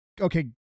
okay